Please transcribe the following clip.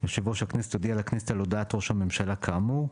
יושב ראש הכנסת יודיע לכנסת על הודעת ראש הממשלה כאמור.